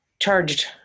charged